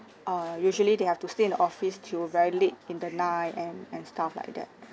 err usually they have to stay in the office till very late in the night and and stuff like that